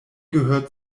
gehört